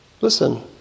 listen